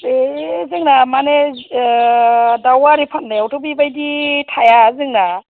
ए जोंना माने ओह दाव आरि फान्नायथ' बेबायदि थाया जोंना